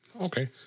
Okay